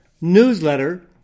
newsletter